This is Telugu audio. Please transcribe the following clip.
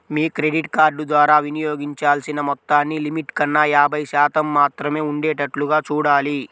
మీ క్రెడిట్ కార్డు ద్వారా వినియోగించాల్సిన మొత్తాన్ని లిమిట్ కన్నా యాభై శాతం మాత్రమే ఉండేటట్లుగా చూడాలి